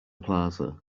plaza